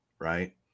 Right